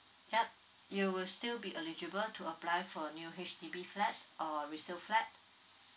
yup you will still be eligible to apply for new H_D_B flat or resale flat